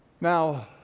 Now